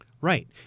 Right